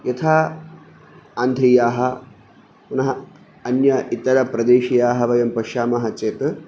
यथा आन्ध्रीयाः पुनः अन्य इतरप्रदेशीयाः वयं पश्यामः चेत्